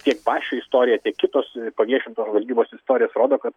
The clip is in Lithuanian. tiek basčio istorija tiek kitos paviešintos žvalgybos istorijos rodo kad